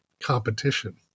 Competition